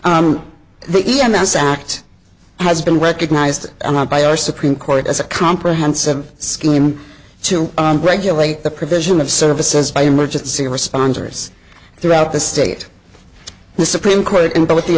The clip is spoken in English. s act has been recognized by our supreme court as a comprehensive scheme to regulate the provision of services by emergency responders throughout the state the supreme court in both the